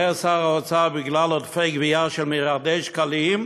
אומר שר האוצר: בגלל עודפי גבייה של מיליארדי שקלים,